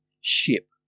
ship